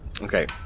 Okay